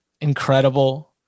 Incredible